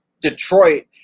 Detroit